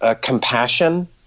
compassion